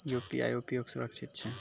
UPI उपयोग सुरक्षित छै?